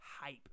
hype